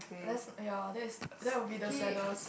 let's !aiya! that is that will be the saddest